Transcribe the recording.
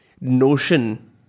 notion